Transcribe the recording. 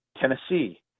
Tennessee